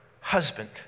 husband